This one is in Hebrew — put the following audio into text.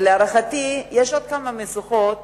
ולהערכתי יש עוד כמה משוכות